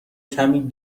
کمی